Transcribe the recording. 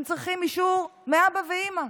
הם צריכים אישור מאבא ואימא,